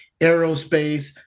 aerospace